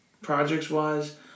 Projects-wise